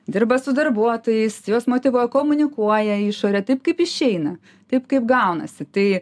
dirba su darbuotojais juos motyvuoja komunikuoja į išorę taip kaip išeina taip kaip gaunasi tai